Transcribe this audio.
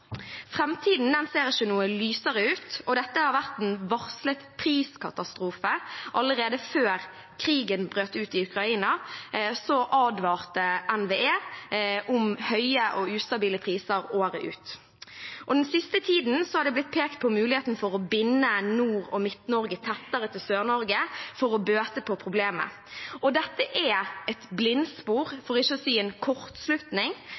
ser ikke noe lysere ut, og dette har vært en varslet priskatastrofe. Allerede før krigen brøt ut i Ukraina, advarte NVE om høye og ustabile priser ut året. Den siste siden er det blitt pekt på muligheten for å binde Nord- og Midt-Norge tettere til Sør-Norge for å bøte på problemet. Dette er et blindspor, for ikke å si en